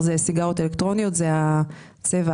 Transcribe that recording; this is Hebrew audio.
אלה סיגריות אלקטרוניות, זה צבע